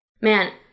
Man